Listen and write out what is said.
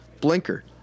Blinker